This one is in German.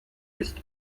ist